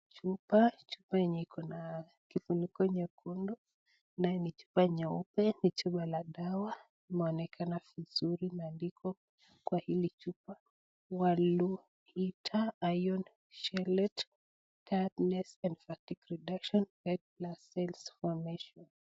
Chupa, chupa yenye iko na kifuniko nyekeundu nayo ni chupa nyeupe ni chupa la dawa imeonekana vizuri maandiko kwa hili chupa (cs) Wellvita Iron Chelate, tiredness and fatigue reduction, red blood cells formation (cs).